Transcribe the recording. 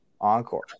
encore